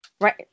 Right